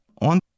On